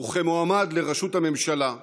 וכמועמד לראשות הממשלה,